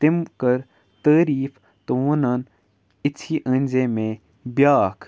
تٔمۍ کٔر تعٲریٖف تہٕ ووٚنُن یِژھی أنزے مےٚ بیٛاکھ